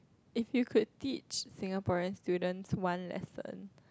if you could teach Singaporean student one lesson